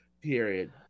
Period